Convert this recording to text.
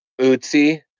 Uzi